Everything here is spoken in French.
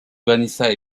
vanessa